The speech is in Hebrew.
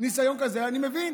ניסיון כזה אני מבין.